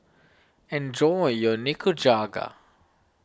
enjoy your Nikujaga